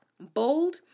bold